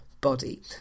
body